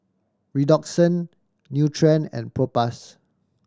Redoxon Nutren and Propass